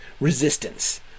resistance